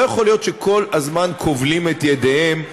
לא יכול להיות שכל הזמן כובלים את ידיהם.